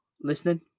listening